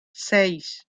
seis